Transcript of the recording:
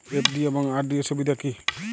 FD এবং RD এর সুবিধা কী?